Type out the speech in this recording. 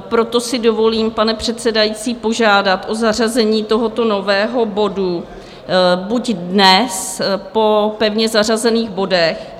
Proto si dovolím, pane předsedající, požádat o zařazení tohoto nového bodu buď dnes po pevně zařazených bodech,